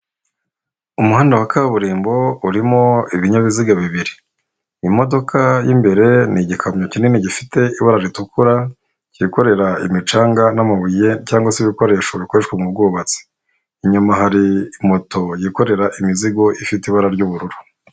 Umuhanda wa kaburimbo urimo ibinyabiziga bibiri. Imodoka y'imbere ni igikamyo kinini gifite ibara ritukura cyikorera imicanga n'amabuye cyangwa se ibikoresho bikoreshwa mu bwubatsi. Inyuma hari moto yikorera imizigo ifite ibara ry'ubururu.